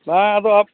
ᱵᱟᱝ ᱟᱫᱚ